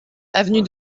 avenue